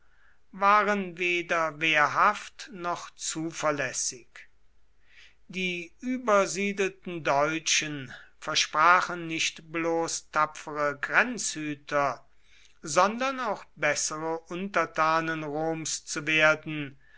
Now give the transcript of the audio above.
waren weder wehrhaft noch zuverlässig die übersiedelten deutschen versprachen nicht bloß tapfere grenzhüter sondern auch bessere untertanen roms zu werden